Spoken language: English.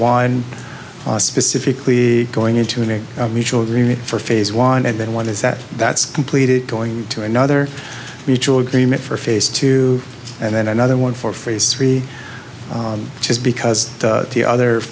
wind specifically going into an mutual agreement for phase one and then one is that that's completed going to another mutual agreement for phase two and then another one for phase three just because the other